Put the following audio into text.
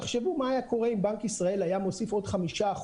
תחשבו מה היה קורה אם בנק ישראל היה מוסיף עוד 5%